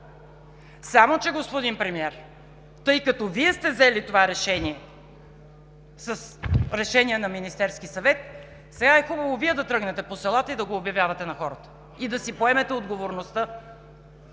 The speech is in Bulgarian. Само че, господин Премиер, тъй като Вие сте взели това решение с решение на Министерския съвет, сега е хубаво Вие да тръгнете по селата, да го обявявате на хората и да си поемете отговорността!